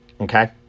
Okay